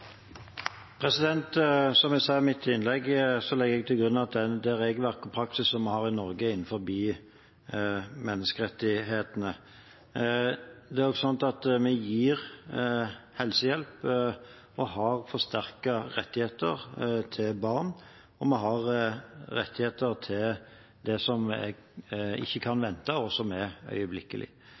Som jeg sa i mitt innlegg, legger jeg til grunn at det regelverket og den praksisen vi har i Norge, er innenfor menneskerettighetene. Det er slik at vi gir helsehjelp til og har forsterkede rettigheter for barn, og vi har rettigheter for det som ikke kan vente, det som er øyeblikkelig